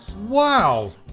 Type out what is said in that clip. wow